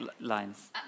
lines